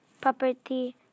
property